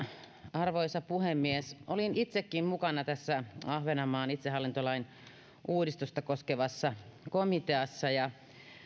arvoisa puhemies olin itsekin mukana tässä ahvenanmaan itsehallintolain uudistusta koskevassa komiteassa ja